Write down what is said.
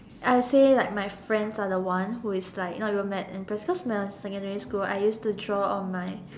I say like my friends are the one who is like not even mad impressed cause when I'm secondary school I used to draw on my